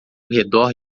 redor